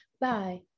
Bye